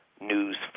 news